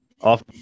off